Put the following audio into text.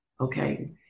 Okay